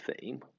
theme